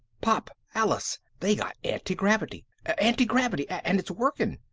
pop, alice! they got antigravity! antigravity and it's working!